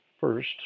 First